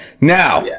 Now